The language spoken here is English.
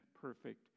perfect